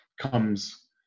comes